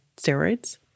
steroids